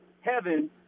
Heaven